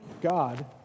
God